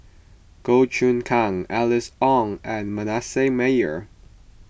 Goh Choon Kang Alice Ong and Manasseh Meyer